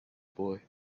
boy